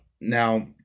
Now